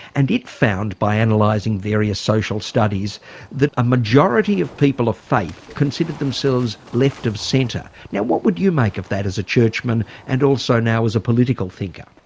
and it found by and analysing and various social studies that a majority of people of faith considered themselves left-of-centre. now what would you make of that as a churchman and also now as a political thinker?